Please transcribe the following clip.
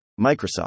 Microsoft